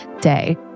day